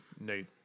Nate